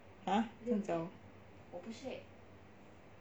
!huh! 这样早